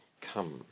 come